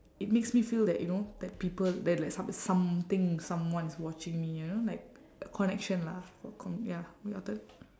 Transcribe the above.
it makes me feel that you know that people that like some~ something someone is watching me you know like connection lah for co~ ya your turn